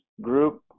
group